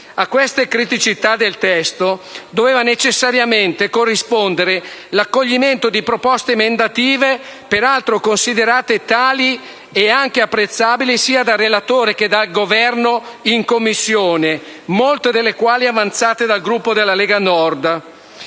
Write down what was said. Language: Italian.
A queste criticità del testo doveva necessariamente corrispondere l'accoglimento di proposte emendative, peraltro considerate apprezzabili sia dal relatore che dal Governo in Commissione, molte delle quali avanzate dal Gruppo della Lega Nord.